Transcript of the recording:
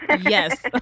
Yes